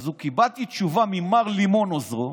אז קיבלתי תשובה ממר לימון, עוזרו,